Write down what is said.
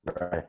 Right